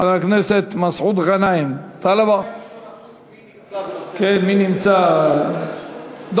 חבר הכנסת מסעוד גנאים, מי נמצא ורוצה לדבר.